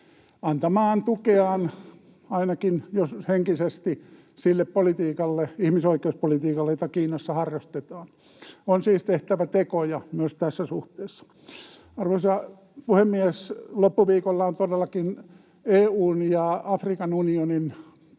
antamaan tukeaan ainakin henkisesti sille politiikalle, ihmisoikeuspolitiikalle, jota Kiinassa harrastetaan. On siis tehtävä tekoja myös tässä suhteessa. Arvoisa puhemies! Loppuviikolla on todellakin EU:n ja Afrikan unionin päämiesten